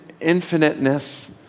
infiniteness